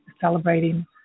celebrating